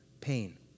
pain